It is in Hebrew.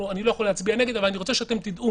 אני לא יכול להצביע נגד אבל אני רוצה שאתם תדעו